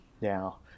now